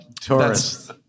Tourists